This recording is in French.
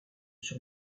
sur